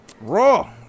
Raw